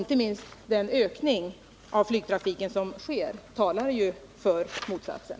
Inte minst den ökning av flygtrafiken som nu sker talar för motsatsen.